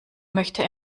möchte